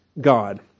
God